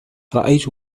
رأيت